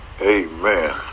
Amen